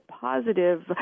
positive